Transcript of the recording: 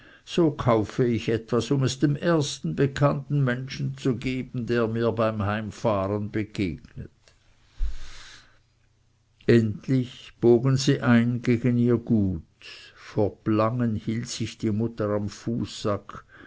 so kaufe ich etwas um es dem ersten bekannten menschen zu geben der mir beim heimfahren begegnet endlich bogen sie ein gegen ihr gut vor blangen hielt sich die mutter am fußsack